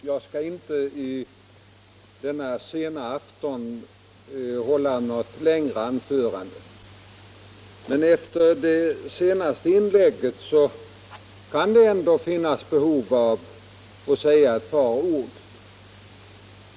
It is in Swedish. Herr talman! Jag skall inte i denna sena afton hålla något längre anförande. Efter det senaste inlägget kan det ändå finnas behov av att säga ett par ord.